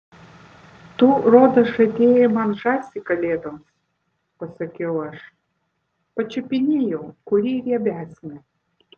tu rodos žadėjai man žąsį kalėdoms pasakiau aš pačiupinėjau kuri riebesnė